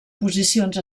posicions